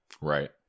Right